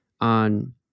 on